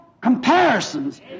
comparisons